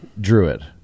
druid